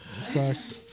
Sucks